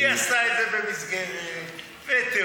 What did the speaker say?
היא עשתה את זה במסגרת ותעודה,